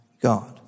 God